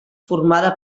formada